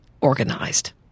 organized